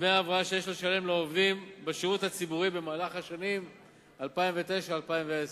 דמי ההבראה שיש לשלם לעובדים בשירות הציבורי במהלך השנים 2009 ו-2010,